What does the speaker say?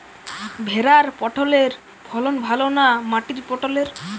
ভেরার পটলের ফলন ভালো না মাটির পটলের?